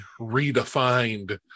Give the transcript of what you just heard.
redefined